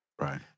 Right